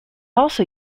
also